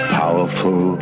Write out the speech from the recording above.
powerful